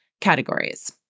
categories